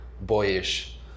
boyish